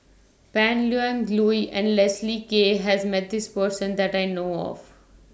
Pan Lui and Leslie Kee has Met This Person that I know of